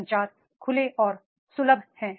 संचार खुले और सुलभ हैं